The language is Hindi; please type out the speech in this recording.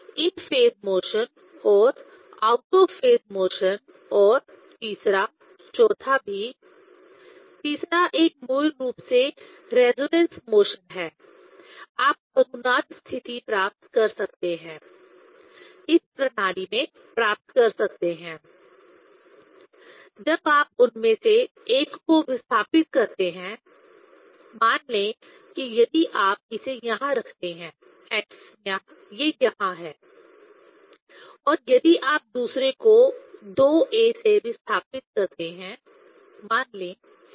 तो इन फेज मोशन और आउट ऑफ फेज मोशन और तीसरा चौथा भी तीसरा एक मूल रूप से रेजोनेंस मोशन है आप अनुनाद स्थिति प्राप्त कर सकते हैं इस प्रणाली में प्राप्त कर सकते हैं जब आप उनमें से एक को विस्थापित करते हैं मान लें कि यदि आप इसे यहाँ रखते हैं x यह यहाँ है और यदि आप दूसरे को दो a से विस्थापित करते हैं मान लें